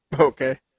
Okay